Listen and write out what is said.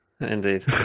Indeed